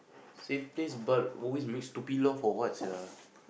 say please but always make stupid law for what sia